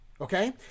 okay